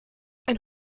ein